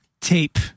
tape